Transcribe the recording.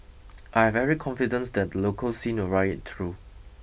I have every confidence that the local scene will ride it through